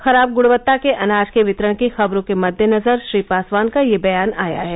खराब गृणवत्ता के अनाज के वितरण की खबरों के मद्देनजर श्री पासवान का यह बयान आया है